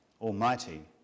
Almighty